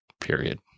period